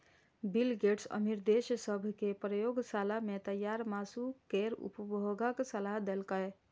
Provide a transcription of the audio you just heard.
bill Gates अमीर देश सभ कें प्रयोगशाला मे तैयार मासु केर उपभोगक सलाह देलकैए